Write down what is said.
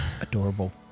adorable